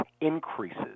increases